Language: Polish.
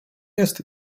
jest